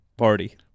Party